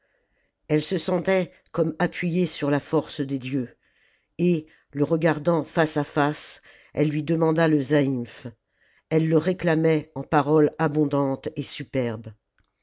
elle se sentait comme appuyée sur la force des dieux et le regardant face à face elle lui demanda le zaïmph elle le réclamait en paroles abondantes et superbes